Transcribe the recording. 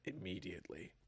immediately